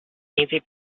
easy